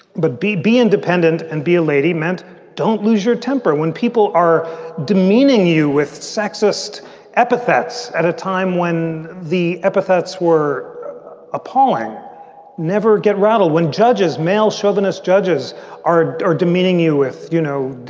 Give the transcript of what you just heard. but be be independent and be a lady meant don't lose your temper when people are demeaning you with sexist epithets at a time when the epithets were appalling never get rattled when judges, male chauvinist judges are are demeaning you if you know